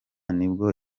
nibwo